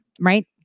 right